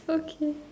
okay